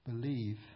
believe